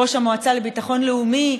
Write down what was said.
ראש המועצה לביטחון לאומי.